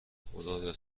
خدایا